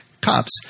cops